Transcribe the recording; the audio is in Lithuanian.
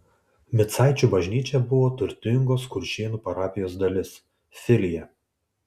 micaičių bažnyčia buvo turtingos kuršėnų parapijos dalis filija